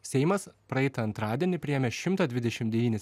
seimas praeitą antradienį priėmė šimtą dvidešim devynis